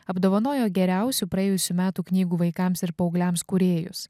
apdovanojo geriausių praėjusių metų knygų vaikams ir paaugliams kūrėjus